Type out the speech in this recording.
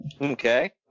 Okay